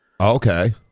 Okay